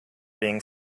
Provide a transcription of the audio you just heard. being